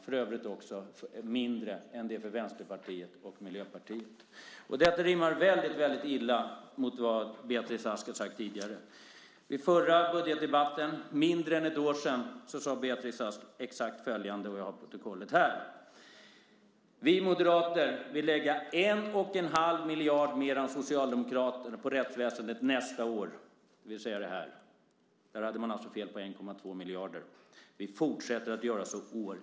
För övrigt är det också mindre än från Vänsterpartiet och Miljöpartiet. Detta rimmar illa med vad Beatrice Ask har sagt tidigare. Vid förra budgetdebatten för mindre än ett år sedan sade Beatrice Ask nämligen att Moderaterna vill lägga 1 1⁄2 miljard mer än Socialdemokraterna på rättsväsendet nästa år, det vill säga det här året. Där hade man alltså fel på 1,2 miljarder. De skulle fortsätta så år efter år.